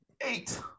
Eight